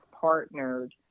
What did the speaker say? partnered